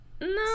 no